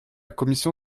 commission